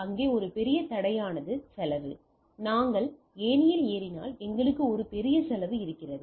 இங்கே ஒரு பெரிய தடையானது செலவு நாங்கள் ஏணியில் ஏறினால் எங்களுக்கு ஒரு பெரிய செலவு இருக்கிறது